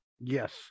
yes